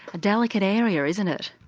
a delicate area isn't it?